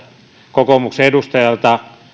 kokoomuksen edustajalta